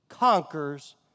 conquers